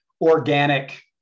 organic